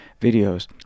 videos